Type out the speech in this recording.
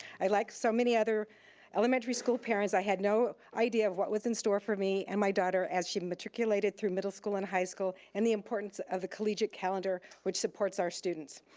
i, like so many other elementary school parents i had no idea what was in store for me and my daughter as she matriculated through middle school and high school and the importance of the collegiate calendar which supports our students.